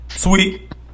Sweet